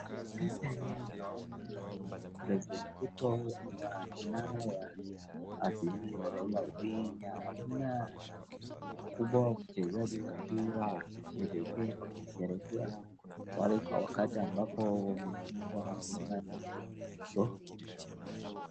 Picha hii naona president Ruto na kinara wa azimio Raila Odinga na mkubwa wa wachezaji wa mpira wakisherehekea wakati ambapo wamefunga hapo ndani.